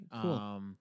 Cool